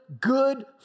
good